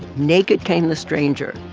naked came the stranger.